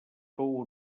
fou